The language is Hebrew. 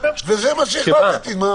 וזה מה שהחלטתי.